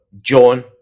John